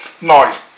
nice